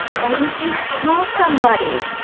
why didn't you tell somebody?